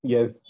Yes